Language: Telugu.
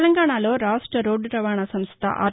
తెలంగాణాలో రాష్ట్ష రోడ్లు రవాణా సంస్ల ఆర్